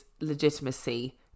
legitimacy